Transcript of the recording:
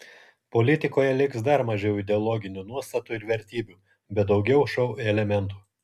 politikoje liks dar mažiau ideologinių nuostatų ir vertybių bet daugiau šou elementų